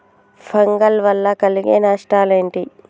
Fungal వల్ల కలిగే నష్టలేంటి?